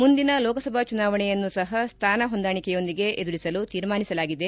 ಮುಂದಿನ ಲೋಕಸಭಾ ಚುನಾವಣೆಯನ್ನೂ ಸಹ ಸ್ಥಾನ ಹೊಂದಾಣಿಕೆಯೊಂದಿಗೆ ಎದುರಿಸಲು ತೀರ್ಮಾನಿಸಲಾಗಿದೆ